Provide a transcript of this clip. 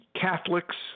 Catholics